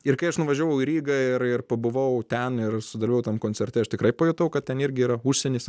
ir kai aš nuvažiavau į rygą ir ir pabuvau ten ir sudalyvavau tam koncerte aš tikrai pajutau kad ten irgi yra užsienis